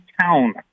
town